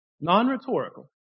Non-rhetorical